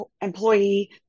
employee